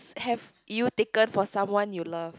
have you taken for someone you love